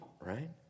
right